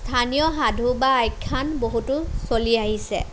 স্থানীয় সাধু বা আখ্যান বহুতো চলি আহিছে